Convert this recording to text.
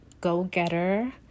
go-getter